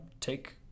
take